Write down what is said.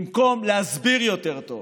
במקום להסביר יותר טוב,